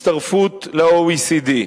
הצטרפות ל-OECD,